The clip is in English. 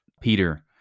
Peter